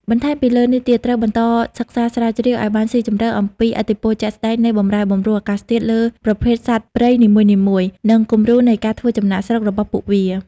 បន្ថែមពីលើនេះទៀត ត្រូវបន្តសិក្សាស្រាវជ្រាវអោយបានស៊ីជម្រៅអំពីឥទ្ធិពលជាក់ស្តែងនៃបម្រែបម្រួលអាកាសធាតុលើប្រភេទសត្វព្រៃនីមួយៗ និងគំរូនៃការធ្វើចំណាកស្រុករបស់ពួកវា។